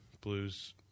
Blues